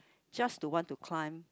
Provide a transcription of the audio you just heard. just to want to climb